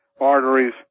arteries